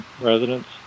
residents